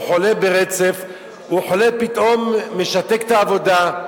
הוא חולה ברצף, הוא חולה פתאום, משתק את העבודה.